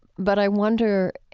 but i wonder,